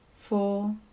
four